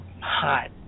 hot